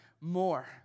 more